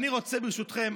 ברשותכם,